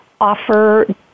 offer